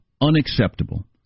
unacceptable